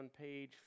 page